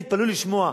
תתפלאו לשמוע,